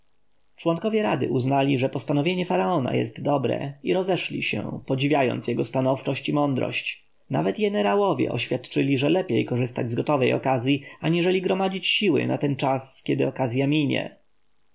dni członkowie rady uznali że postanowienie faraona jest dobre i rozeszli się podziwiając jego stanowczość i mądrość nawet jenerałowie oświadczyli że lepiej korzystać z gotowej okazji aniżeli gromadzić siły na ten czas kiedy okazja minie